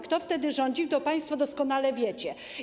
Kto wtedy rządził, to państwo doskonale wiecie.